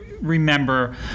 remember